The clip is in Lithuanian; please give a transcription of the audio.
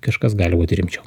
kažkas gali būti rimčiau